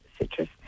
citrus